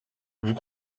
vous